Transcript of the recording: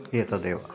एतदेव